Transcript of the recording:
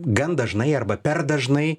gan dažnai arba per dažnai